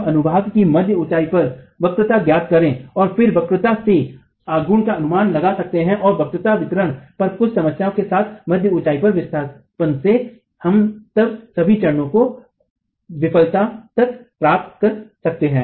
यदि हम अनुभाग की मध्य ऊंचाई पर वक्रता ज्ञात करें और फिर वक्रता से आघूर्ण का अनुमान लगा सकते हैं और वक्रता वितरण पर कुछ मान्यताओं के साथ मध्य ऊंचाई पर विस्थापन से हम तब सभी चरणों को विफलता तक प्राप्त कर सकते हैं